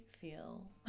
feel